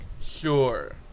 Sure